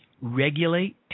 regulate